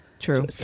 true